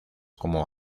como